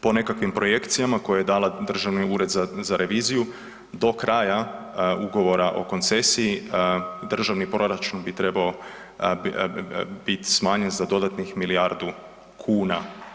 Po nekakvim projekcijama koji je dao Državni ured za reviziju do kraja ugovora o koncesiji državni proračun bi trebao biti smanjen za dodatnih milijardu kuna.